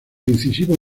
incisivos